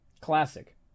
Classic